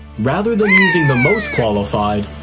rather than using the most qualified,